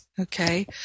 Okay